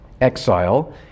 exile